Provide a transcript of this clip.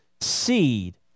seed